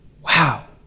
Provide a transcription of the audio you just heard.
wow